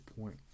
point